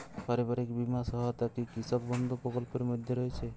পারিবারিক বীমা সহায়তা কি কৃষক বন্ধু প্রকল্পের মধ্যে রয়েছে?